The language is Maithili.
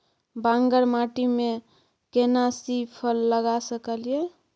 बांगर माटी में केना सी फल लगा सकलिए?